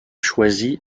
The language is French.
choisi